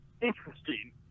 interesting